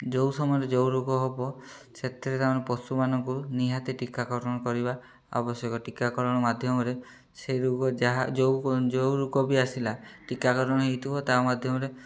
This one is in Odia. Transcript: ଯେଉଁ ସମୟରେ ଯେଉଁ ରୋଗ ହବ ସେଥିରେ ତାମାନେ ପଶୁମାନଙ୍କୁ ନିହାତି ଟୀକାକରଣ କରିବା ଆବଶ୍ୟକ ଟୀକାକରଣ ମାଧ୍ୟମରେ ସେ ରୋଗ ଯାହା ଯେଉଁ ଯେଉଁ ରୋଗ ବି ଆସିଲା ଟୀକାକରଣ ହେଇଥିବ ତା' ମାଧ୍ୟମରେ